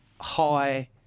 high